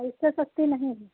इससे सस्ती नहीं है